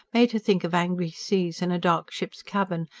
made her think of angry seas and a dark ship's cabin,